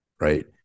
right